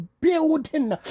building